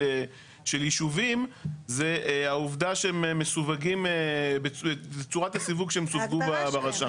יישובים זה העובדה שהם מסווגים בצורת הסיווג שהם סווגו ברשם.